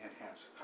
enhance